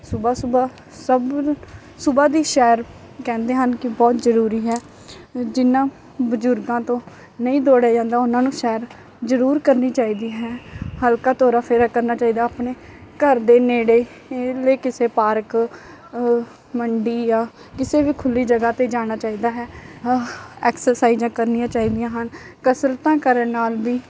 ਸੁਬਹਾ ਸੁਬਹਾ ਸਭਰ ਸੁਬਹਾ ਦੀ ਸੈਰ ਕਹਿੰਦੇ ਹਨ ਕਿ ਬਹੁਤ ਜ਼ਰੂਰੀ ਹੈ ਜਿਨ੍ਹਾਂ ਬਜ਼ੁਰਗਾਂ ਤੋਂ ਨਹੀਂ ਦੋੜਿਆ ਜਾਂਦਾ ਉਹਨਾਂ ਨੂੰ ਸੈਰ ਜ਼ਰੂਰ ਕਰਨੀ ਚਾਹੀਦੀ ਹੈ ਹਲਕਾ ਤੋਰਾ ਫੇਰਾ ਕਰਨਾ ਚਾਹੀਦਾ ਆਪਣੇ ਘਰ ਦੇ ਨੇੜੇਲੇ ਕਿਸੇ ਪਾਰਕ ਮੰਡੀ ਜਾਂ ਕਿਸੇ ਵੀ ਖੁੱਲ੍ਹੀ ਜਗ੍ਹਾ 'ਤੇ ਜਾਣਾ ਚਾਹੀਦਾ ਹੈ ਐਕਸਰਸਾਇਜਾਂ ਕਰਨੀਆ ਚਾਹੀਦੀਆਂ ਹਨ ਕਸਰਤਾਂ ਕਰਨ ਨਾਲ ਵੀ